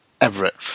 Everett